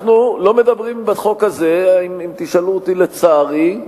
אנחנו לא מדברים בחוק הזה, אם תשאלו אותי, לצערי,